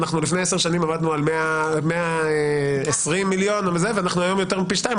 לפני עשר שנים עמדנו על 120,000,000 ואנחנו היום ביותר מפי שתיים,